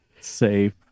Safe